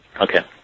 okay